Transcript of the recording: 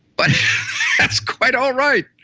but that's quite alright!